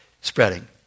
spreading